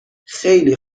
خیلی